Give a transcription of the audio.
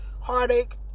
heartache